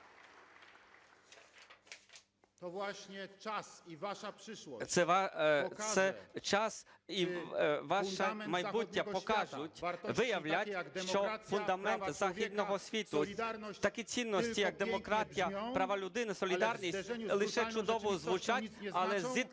Це час і ваше майбуття покажуть, виявлять, що фундамент західного світу, такі цінності як демократія, права людини, солідарність лише чудово звучать, але у зіткненні